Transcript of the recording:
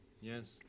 Yes